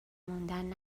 موندن